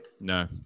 No